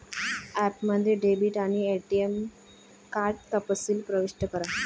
ॲपमध्ये डेबिट आणि ATM card तपशील प्रविष्ट करा